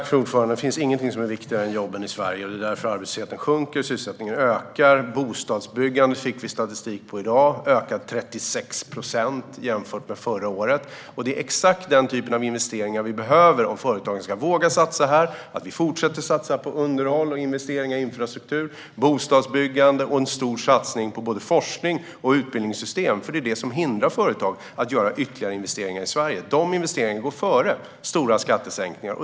Fru talman! Det finns ingenting som är viktigare än jobben i Sverige. Det är därför arbetslösheten sjunker och sysselsättningen ökar. Vi fick statistik i dag på att bostadsbyggandet har ökat med 36 procent jämfört med förra året. Det är exakt den typen av investeringar vi behöver om företagen ska våga satsa här. Vi behöver fortsätta satsa på underhåll, göra investeringar i infrastruktur och satsa på bostadsbyggande. Vi behöver också göra en stor satsning på forsknings och utbildningssystem. Det är nämligen detta som hindrar företag att göra ytterligare investeringar i Sverige. Dessa investeringar går före stora skattesänkningar.